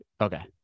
okay